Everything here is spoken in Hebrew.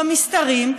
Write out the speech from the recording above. במסתרים,